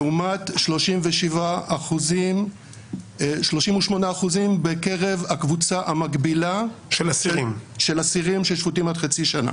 לעומת 38 אחוזים בקרב הקבוצה המקבילה של אסירים ששפוטים עד חצי שנה.